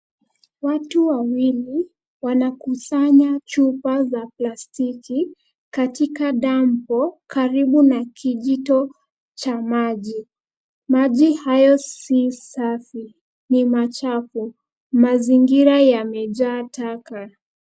Watu wawili wanakusanya chupa za plastiki katika dampo karibu na kijito cha maji. Maji hayo si safi, ni machafu. Mazingira yamejaa taka.